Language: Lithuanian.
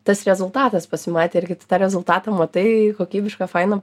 tas rezultatas pasimatė irgi tu tą rezultatą matai kokybišką fainą